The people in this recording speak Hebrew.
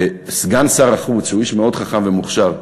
וסגן שר החוץ, שהוא איש מאוד חכם ומוכשר,